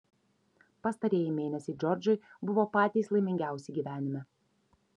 pastarieji mėnesiai džordžui buvo patys laimingiausi gyvenime